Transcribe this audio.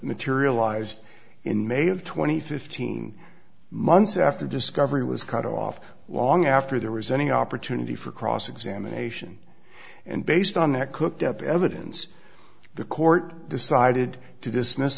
materialized in may have twenty fifteen months after discovery was cut off long after there was any opportunity for cross examination and based on that cooked up evidence the court decided to dismiss